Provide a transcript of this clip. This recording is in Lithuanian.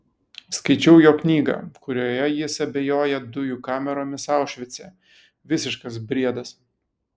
skaičiau jo knygą kurioje jis abejoja dujų kameromis aušvice visiškas briedas